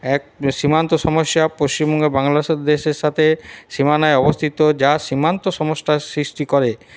এক সীমান্ত সমস্যা পশ্চিমবঙ্গের বাংলাদেশের সাথে সীমানায় অবস্থিত যা সীমান্ত সমস্যায় সৃষ্টি করে